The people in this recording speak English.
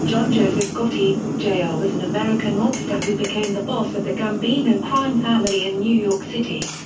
john joseph gotti, jr. ah was an american mobster who became the boss of the gambino crime family in new york city.